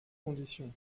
conditions